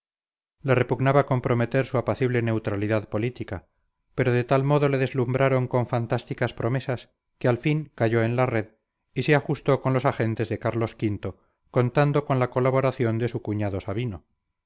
le repugnaba comprometer su apacible neutralidad política pero de tal modo le deslumbraron con fantásticas promesas que al fin cayó en la red y se ajustó con los agentes de carlos v contando con la colaboración de su cuñado sabino